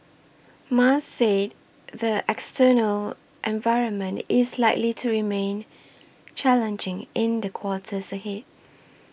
Mas say the external environment is likely to remain challenging in the quarters ahead